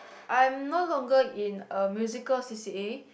I'm no longer in a musical c_c_a